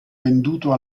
venduto